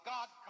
God